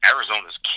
Arizona's